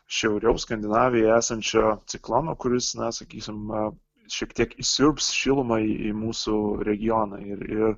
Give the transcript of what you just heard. šiauriau skandinavijoj esančio ciklono kuris na sakysim na šiek tiek įsiurbs šilumą į mūsų regioną ir ir